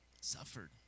suffered